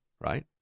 Right